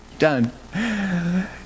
done